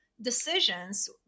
decisions